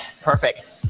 Perfect